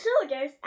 soldiers